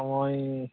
ᱦᱚᱸᱜᱼᱚᱭ